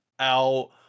out